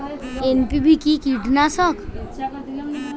NPV কি কীটনাশক?